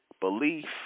belief